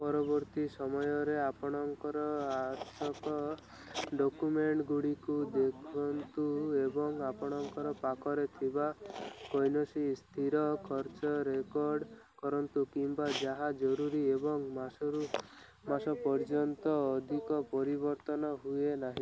ପରବର୍ତ୍ତୀ ସମୟରେ ଆପଣଙ୍କର ଆର୍ଥକ ଡକ୍ୟୁମେଣ୍ଟ ଗୁଡ଼ିକ ଦେଖନ୍ତୁ ଏବଂ ଆପଣଙ୍କ ପାଖରେ ଥିବା କୌଣସି ସ୍ଥିର ଖର୍ଚ୍ଚ ରେକର୍ଡ଼ କରନ୍ତୁ କିମ୍ୱା ଯାହା ଜରୁରୀ ଏବଂ ମାସରୁ ମାସ ପର୍ଯ୍ୟନ୍ତ ଅଧିକ ପରିବର୍ତ୍ତନ ହୁଏ ନାହିଁ